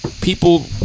people